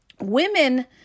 women